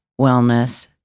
wellness